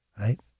Right